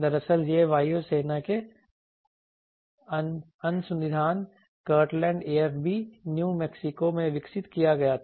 दरअसल यह वायु सेना के अनुसंधान प्रयोगशाला कीर्टलैंड AFB न्यू मैक्सिको में विकसित किया गया था